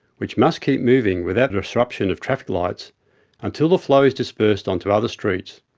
which must keep moving without the disruption of traffic lights until the flow is dispersed onto other streets.